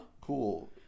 Cool